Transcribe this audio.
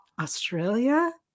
Australia